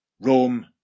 Rome